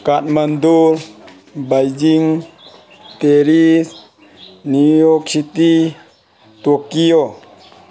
Kathmandu Beijing Paris New York City Tokyo